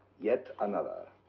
yet, another.